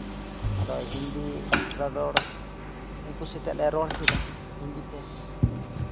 ᱟᱫᱚ ᱦᱤᱱᱫᱤ ᱨᱚᱨᱚᱲ ᱩᱱᱠᱩ ᱥᱟᱛᱮᱜ ᱞᱮ ᱨᱚᱲ ᱠᱮᱫᱟ ᱦᱤᱱᱫᱤᱛᱮ